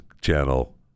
channel